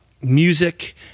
music